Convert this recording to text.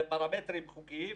בפרמטרים חוקיים,